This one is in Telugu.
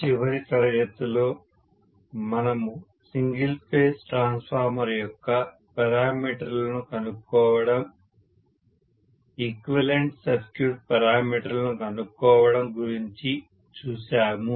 చివరి తరగతిలో మనము సింగిల్ ఫేజ్ ట్రాన్స్ఫార్మర్ యొక్క పెరామీటర్ లను కనుక్కోవడం ఈక్వివలెంట్ సర్క్యూట్ పెరామీటర్ లను కనుక్కోవడం గురించి చూశాము